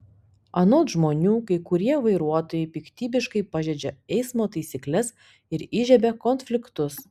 anot žmonių kai kurie vairuotojai piktybiškai pažeidžia eismo taisykles ir įžiebia konfliktus